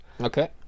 Okay